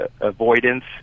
avoidance